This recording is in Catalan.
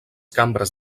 cambres